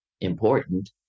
important